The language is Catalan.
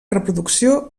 reproducció